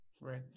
Right